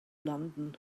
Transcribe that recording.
london